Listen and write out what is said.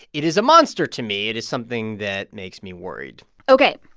it is a monster to me. it is something that makes me worried ok.